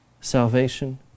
salvation